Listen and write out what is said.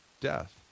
death